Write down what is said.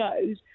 shows